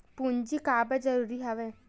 पूंजी काबर जरूरी हवय?